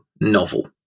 novel